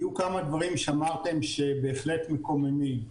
היו דברים שאמרתם שהם בהחלט מקוממים.